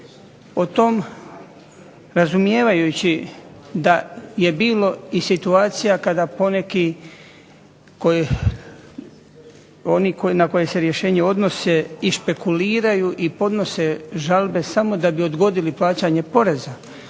Razumijevajući da je bilo i situacija kada poneki, oni na koje se rješenja odnose i špekuliraju i podnose žalbe samo da bi odgodili plaćanje poreza,